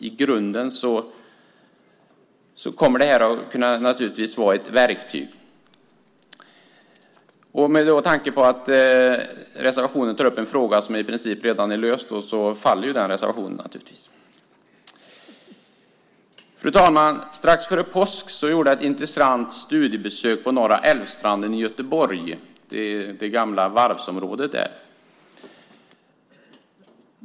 I grunden kommer energideklarationerna naturligtvis att kunna vara ett verktyg. Eftersom reservationen tar upp en fråga som i princip redan är löst faller naturligtvis reservationen. Fru talman! Strax före påsk gjorde jag ett intressant studiebesök på det gamla varvsområdet Norra Älvstranden i Göteborg.